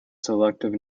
selective